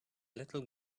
little